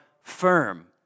firm